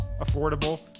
Affordable